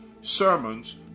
sermons